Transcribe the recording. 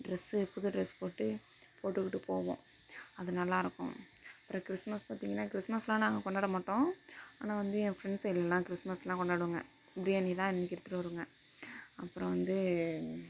dress புது dress போட்டு போட்டுக்கிட்டு போவோம் அது நல்லா இருக்கும் அப்புறம் கிறிஸ்மஸ் பார்த்திங்கன்னா கிறிஸ்மஸ்லாம் நாங்கள் கொண்டாட மாட்டோம் ஆனால் வந்து என் ஃப்ரெண்ட்ஸ் எல்லாம் கிறிஸ்மஸ்லாம் கொண்டாடுவாங்க பிரியாணி தான் அன்னைக்கு எடுத்துகிட்டு வருங்க அப்புறம் வந்து